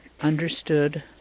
understood